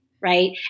right